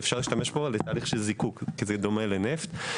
אפשר להשתמש בו לתהליך זיקוק כי הוא דומה לנפט.